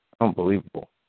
Unbelievable